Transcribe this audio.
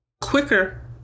quicker